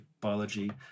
biology